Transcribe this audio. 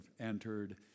entered